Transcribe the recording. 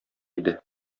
иде